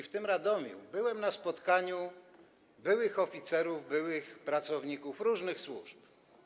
W Radomiu byłem na spotkaniu byłych oficerów, byłych pracowników różnych służb.